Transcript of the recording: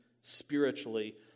spiritually